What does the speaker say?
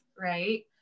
right